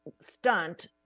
stunt